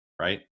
right